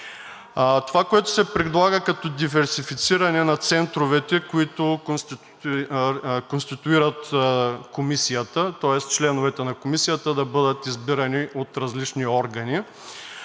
Това, което се предлага като диверсифициране на центровете, които конституират Комисията, тоест членовете на Комисията да бъдат избирани от различни органи,